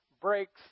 breaks